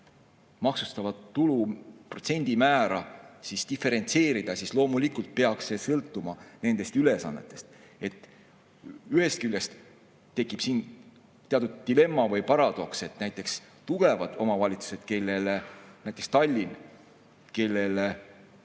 maksustatava tulu protsendimäära diferentseerida, siis loomulikult peaks see sõltuma nendest ülesannetest. Ühest küljest tekib siin teatud dilemma või paradoks, et tugevatel omavalitsustel, näiteks Tallinnal, kes